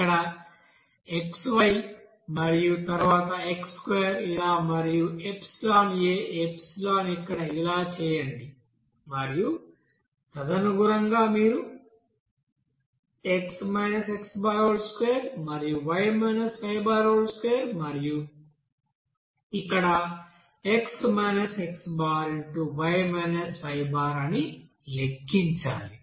ఇక్కడ xy మరియు తరువాత x2 ఇలా మరియు a ఇక్కడ ఇలా చేయండి మరియు తదనుగుణంగా మీరు x x2 మరియు y y2 మరియు ఇక్కడ x xy yబార్ అని లెక్కించాలి